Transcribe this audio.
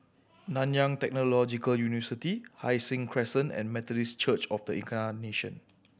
Nanyang Technological University Hai Sing Crescent and Methodist Church Of The Incarnation